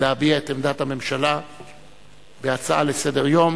להביע את עמדת הממשלה בהצעה לסדר-יום,